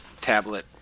tablet